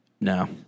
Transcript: No